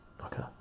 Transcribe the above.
okay